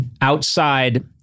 outside